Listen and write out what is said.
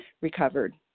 recovered